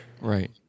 Right